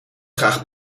graag